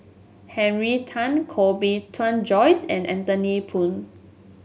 Henry Tan Koh Bee Tuan Joyce and Anthony Poon